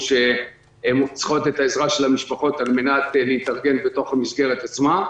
שהן צריכות את העזרה של המשפחות על מנת להתארגן בתוך המסגרת עצמה,